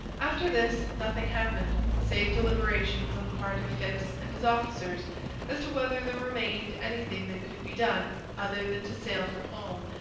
after this nothing happened, save deliberations on the part of phips and his officers as to whether there remained anything that could be done other than to sail for home,